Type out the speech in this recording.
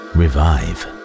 revive